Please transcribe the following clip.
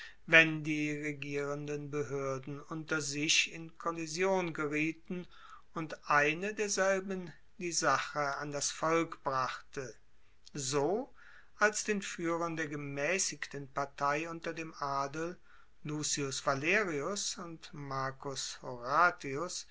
wenn die regierenden behoerden unter sich in kollision gerieten und eine derselben die sache an das volk brachte so als den fuehrern der gemaessigten partei unter dem adel lucius valerius und marcus horatius